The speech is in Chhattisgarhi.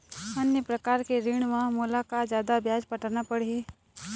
अन्य प्रकार के ऋण म मोला का जादा ब्याज पटाना पड़ही?